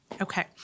Okay